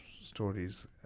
stories